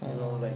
you know like